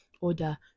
order